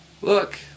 Look